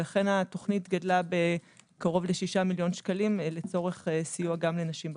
לכן התוכנית גדלה בקרוב ל-6 מיליון שקלים לצורך סיוע גם לנשים בקהילה.